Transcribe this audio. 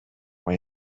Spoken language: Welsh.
mae